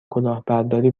کلاهبرداری